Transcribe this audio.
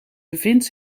bevindt